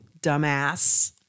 Dumbass